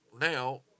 Now